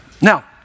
Now